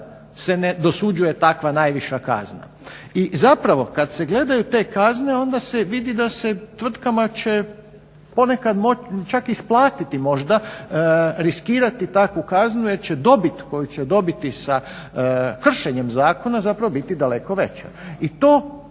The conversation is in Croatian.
se ne dosuđuje takva najviša kazna. I zapravo kad se gledaju te kazne onda se vidi da se tvrtkama će ponekad čak isplatiti možda riskirati takvu kaznu jer će dobit koju će dobiti sa kršenjem zakona zapravo biti daleko veća i to